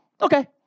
Okay